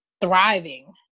thriving